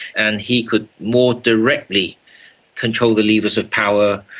and he could more directly controlled the levers of power.